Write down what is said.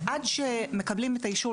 עד שמקבלים את האישור,